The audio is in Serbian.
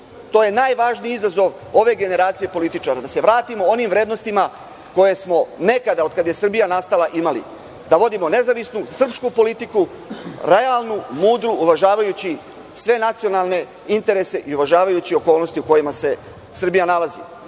To je najvažniji izazov ove generacije političara, da se vratimo onim vrednostima koje smo nekada, od kada je Srbija nastala, imali, da vodimo nezavisnu srpsku politiku, realnu, mudru, uvažavajući sve nacionalne interese i uvažavajući okolnosti u kojima se Srbija nalazi.